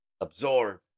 absorb